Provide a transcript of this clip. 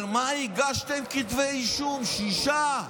על מה הגשתם כתבי אישום, שישה?